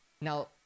Now